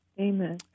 amen